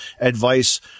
advice